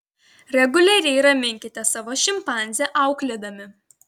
reguliariai raminkite savo šimpanzę auklėdami